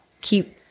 keep